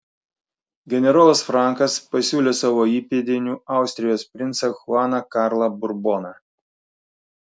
generolas frankas pasiūlė savo įpėdiniu austrijos princą chuaną karlą burboną